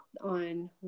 on